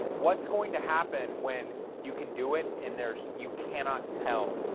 what's going to happen when you can do it, and there's, you cannot tell,